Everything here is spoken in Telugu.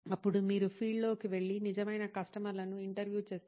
అప్పుడు మీరు ఫీల్డ్లోకి వెళ్లి నిజమైన కస్టమర్లను ఇంటర్వ్యూ చేస్తారు